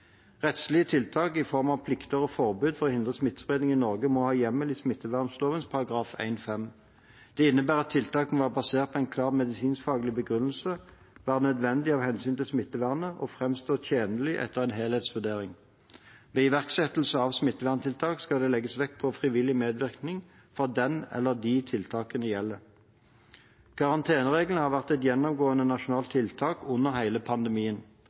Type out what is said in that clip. Rettslige tiltak i form av plikter og forbud for å hindre smittespredning i Norge må ha hjemmel i smittevernloven § 1-5. Det innebærer at tiltak må være basert på en klar medisinskfaglig begrunnelse, være nødvendig av hensyn til smittevernet og framstå tjenlig etter en helhetsvurdering. Ved iverksettelse av smitteverntiltak skal det legges vekt på frivillig medvirkning fra den eller de tiltakene gjelder. Karantenereglene har vært et gjennomgående nasjonalt tiltak under hele pandemien.